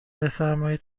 بفرمایین